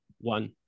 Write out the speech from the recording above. one